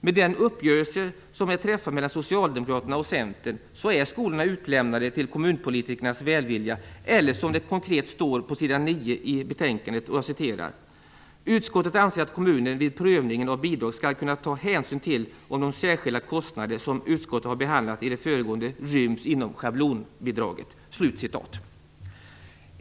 Med den uppgörelse som har träffats mellan Socialdemokraterna och Centern är skolorna utlämnade till kommunpolitikernas välvilja, eller som det konkret står på s. 9 i betänkandet: "Utskottet anser att kommunen vid prövningen av bidrag skall kunna ta hänsyn till om de särskilda kostnader som utskottet har behandlat i det föregående ryms inom schablonbidraget."